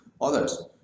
others